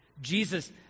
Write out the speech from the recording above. Jesus